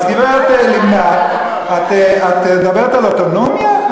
אז גברת לבנת, את מדברת על אוטונומיה?